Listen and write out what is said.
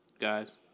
Guys